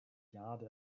jade